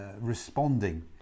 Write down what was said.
responding